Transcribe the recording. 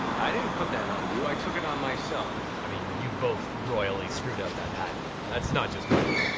i didn't put that on you, i took it on myself. i mean, you both royally screwed up that patent, that's not just mike.